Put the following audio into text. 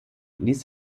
ließ